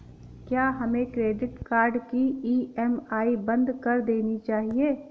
क्या हमें credit card की ई.एम.आई बंद कर देनी चाहिए?